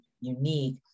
unique